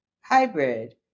hybrid